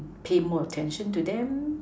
pay more attention to them